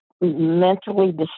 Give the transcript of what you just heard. mentally